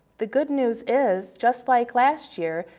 the good news is, just like last year,